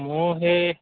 মোৰ সেই